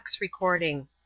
recording